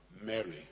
Mary